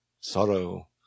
Sorrow